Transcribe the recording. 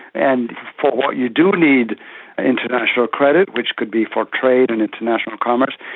and for what you do need international credit, which could be for trade and international commerce,